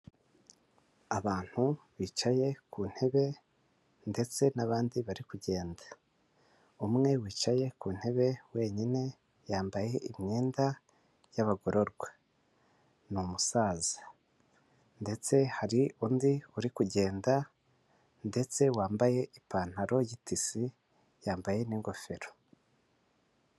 Abantu bicaye ku ntebe ndetse n'abandi bari kugenda. Umwe wicaye ku ntebe wenyine yambaye imyenda y'abagororwa, ni umusaza ndetse hari undi uri kugenda ndetse wambaye ipantaro y'itisi, yambaye n'ingofero.